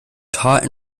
taught